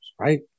right